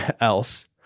else